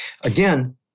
again